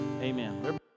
amen